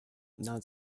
not